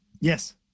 Yes